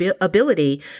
ability